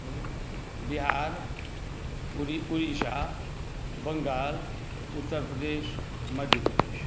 Bihar Orissa Bengal Uttar Pradesh Madhya Pradesh